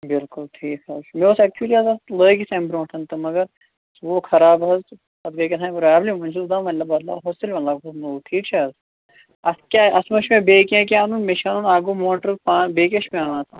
بلکل ٹھیٖک حظ چھُ مےٚ اوس ایکچولی حظ اتھ لٲگِتھ اَمہِ برونٹھ تہِ مگر سُہ گوٚو خراب حظ تہٕ تَتھ گٔے کٮ۪تھام پرابٕلم وۄنۍ چھُس بہٕ دپان وۄنۍ بدلاوہۄس تہٕ وۄنۍ لاگہوس نوٚو ٹھیٖک چھ حظ اَتھ کیاہ اَتھ مہ چھُ مےٚ بیٚیہِ کیٚنٛہہ کیٚنٛہہ اَنُن مےٚ چھُ اَنُن اکھ گوٚو موٹر تار بیٚیہِ کیاہ چھُ مےٚ اَنُن اَتھ